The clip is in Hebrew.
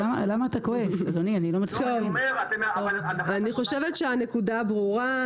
אני חושבת שהנקודה ברורה.